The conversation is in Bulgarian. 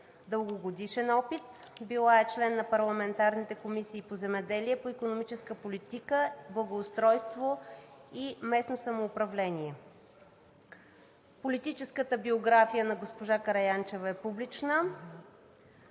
дългогодишен опит. Била е член на парламентарните комисии по земеделие, по икономическа политика, благоустройство и местно самоуправление. Политическата биография на госпожа Караянчева е публична.